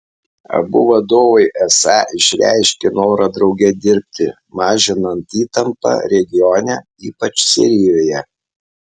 abu vadovai esą išreiškė norą drauge dirbti mažinant įtampą regione ypač sirijoje